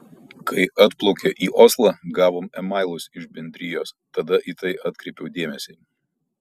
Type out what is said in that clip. kai atplaukė į oslą gavom e mailus iš bendrijos tada į tai atkreipiau dėmesį